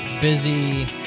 busy